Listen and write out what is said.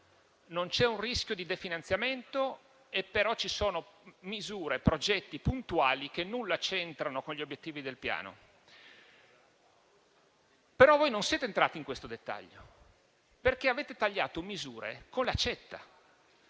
non c'è un rischio di definanziamento, ma ci sono misure e progetti puntuali che nulla c'entrano con gli obiettivi del Piano. Non siete però entrati in questo dettaglio, perché avete tagliato le misure con l'accetta.